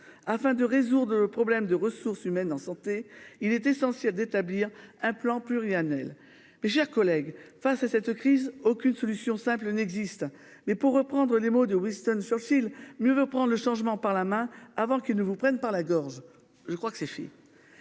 afin de résoudre le problème de ressources humaines en santé. Il est essentiel d'établir un plan pluriannuel, mais chers collègues face à cette crise, aucune solution simple n'existe. Mais pour reprendre les mots de Winston Churchill, mieux vaut prendre le changement par la main avant qu'il ne vous prenne par la gorge. Je crois que c'est fait.